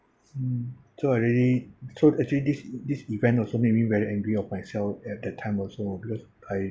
mm so I already told actually this this event also made me very angry of myself at that time also because I